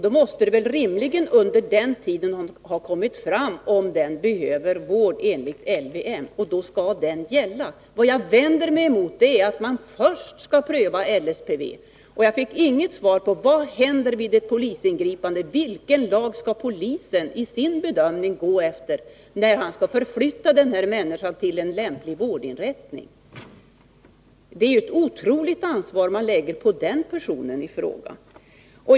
Då måste det väl rimligen under den tiden ha kommit fram om vederbörande behöver vård enligt LVM — och då skall den alltså gälla. Vad jag vänder mig emot är att man först skall pröva LSPV. Jag fick inget svar på frågan vad som händer vid ett polisingripande. Vilken lag skall polisen i sin bedömning gå efter, när han skall förflytta vederbörande till en lämplig vårdinrättning? Det är ju ett otroligt stort ansvar man lägger på den personen.